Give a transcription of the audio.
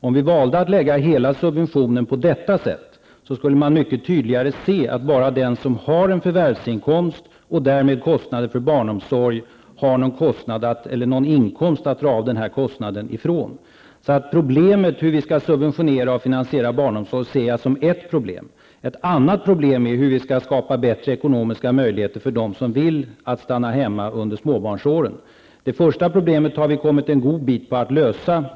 Om man valde att lägga hela subventionen på det viset, skulle man mycket tydligt se att det är bara den som har en förvärvsinkomst och därmed kostnader för barnomsorg som har någon inkomst att dra av denna kostnad ifrån. Frågan om hur barnomsorg skall subventioneras och finansieras är ett problem. Ett annat problem är hur man skall skapa bättre ekonomiska möjligheter för dem som väljer att stanna hemma under barnens småbarnsår. Det första problemet är vi på god väg att lösa.